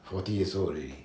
forty years old already